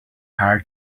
hard